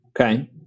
Okay